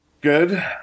good